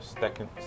second